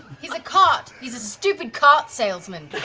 he's a cart he's a stupid cart salesman.